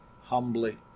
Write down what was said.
humbly